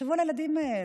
ותחשבו על הילדות האלה,